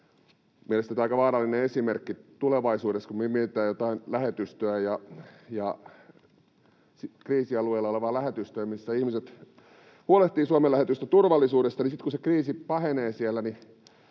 mielestäni tämä on aika vaarallinen esimerkki tulevaisuudessa, kun me mietitään jotain kriisialueella olevaa lähetystöä, missä ihmiset huolehtivat Suomen lähetystön turvallisuudesta, että sitten kun se kriisi pahenee siellä,